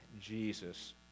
Jesus